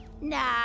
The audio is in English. Nah